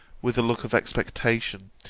with a look of expectation,